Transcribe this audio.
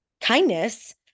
kindness